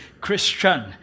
Christian